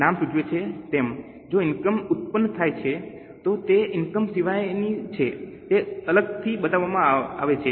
નામ સૂચવે છે તેમ જો કોઈ ઇનકમ ઉત્પન્ન થાય તો તે ઇનકમ સિવાયની છે તે અલગથી બતાવવામાં આવે છે